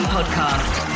Podcast